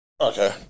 okay